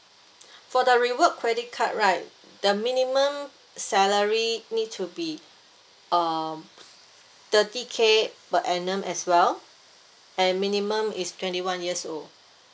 for the reward credit card right the minimum salary need to be um thirty K per annum as well and minimum is twenty one years old